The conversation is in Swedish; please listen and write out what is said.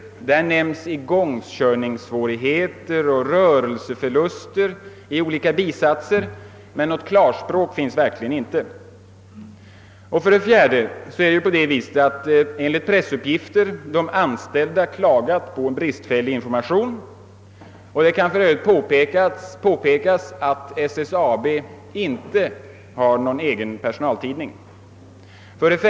Där nämns »igångkörningssvårigheter» och »rörelseförluster» för Durox, men något klarspråk förs inte. 4, Enligt pressuppgifter har de anställda klagat på bristfällig information. Det kan för övrigt påpekas att SSAB inte har någon egen personaltidning. 5.